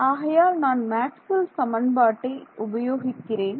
ஆகையால் நான் மேக்ஸ்வெல் சமன்பாட்டை உபயோகிக்கிறேன்